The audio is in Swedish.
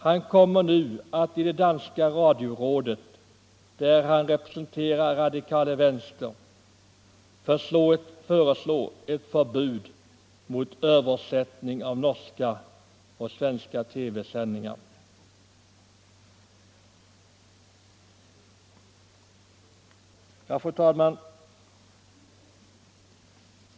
Han kommer nu att i det danska radiorådet, där han representerar radikale venstre, föreslå ett förbud mot översättning av norska och svenska TV sändningar.” Fru talman!